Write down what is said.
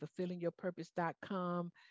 fulfillingyourpurpose.com